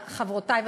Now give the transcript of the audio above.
חברותי וחברי,